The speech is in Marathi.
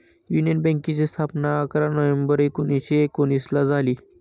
युनियन बँकेची स्थापना अकरा नोव्हेंबर एकोणीसशे एकोनिसला झाली